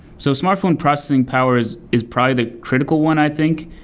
so smartphone processing power is is probably the critical one i think,